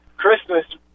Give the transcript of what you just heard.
Christmas